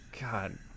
God